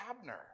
Abner